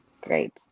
Great